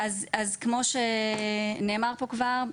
אז כמו שנאמר פה כבר,